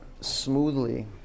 smoothly